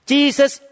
Jesus